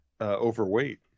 overweight